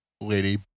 lady